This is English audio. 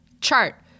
chart